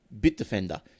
Bitdefender